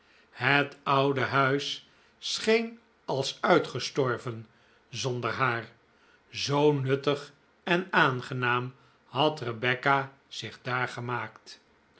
het oude huis scheen als uitgestorven zonder haar zoo nuttig en aangenaam had rebecca zich daar gemaakt